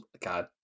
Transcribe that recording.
God